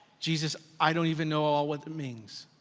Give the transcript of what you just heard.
jesus, i don't even know all what it means,